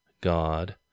God